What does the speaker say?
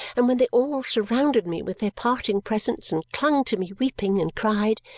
and when they all surrounded me with their parting presents and clung to me weeping and cried,